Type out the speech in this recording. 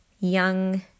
young